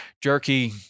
jerky